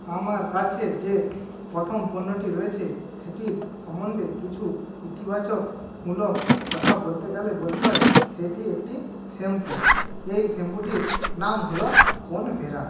আমার কাছে যে পথম পণ্যটি রয়েছে সেটির সম্বন্ধে কিছু ইতিবাচক মূলক কথা বলতে গেলে বলতে হয় সেটি একটি শ্যাম্পু এই শ্যাম্পুটির নাম হল কোনভেরা